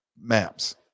maps